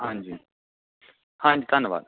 ਹਾਂਜੀ ਹਾਂਜੀ ਧੰਨਵਾਦ